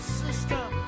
system